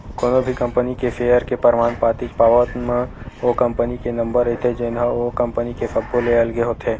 कोनो भी कंपनी के सेयर के परमान पातीच पावत म ओ कंपनी के नंबर रहिथे जेनहा ओ कंपनी के सब्बो ले अलगे होथे